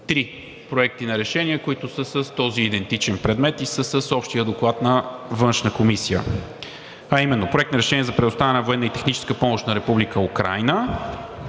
три проекта на решения, които са с идентичен предмет и са с общия доклад на Външна комисия, а именно: Проект на решение за предоставяне на военна